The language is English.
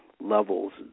levels